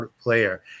player